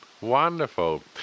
Wonderful